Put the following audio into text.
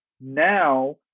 Now